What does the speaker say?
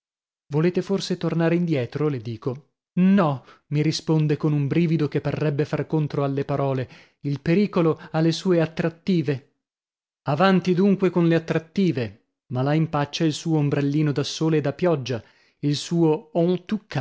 volete forse tornare indietro le dico no mi risponde con un brivido che parrebbe far contro alle parole il pericolo ha le sue attrattive avanti dunque con le attrattive ma la impaccia il suo ombrellino da sole e da pioggia il suo en tout cas